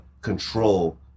control